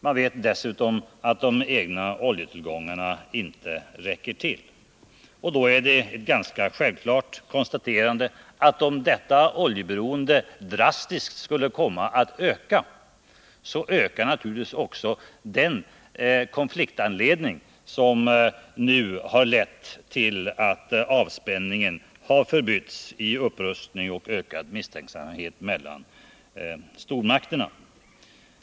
Man vet dessutom att de egna oljetillgångarna inte räcker till. Ett självklart konstaterande är därför att om detta oljeberoende drastiskt ökar, så ökar naturligtvis också den konfliktanledning som nu har lett till att avspänningen har förbytts i upprustning och ökad misstänksamhet mellan stormakterna.